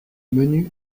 menu